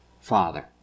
Father